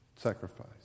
sacrifice